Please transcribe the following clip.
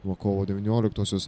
nuo kovo devynioliktosios